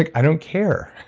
like i don't care.